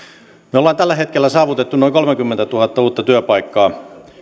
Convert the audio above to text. me olemme tällä hetkellä saavuttaneet noin kolmekymmentätuhatta uutta työpaikkaa